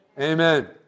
Amen